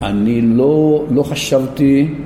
‫אני לא, לא חשבתי...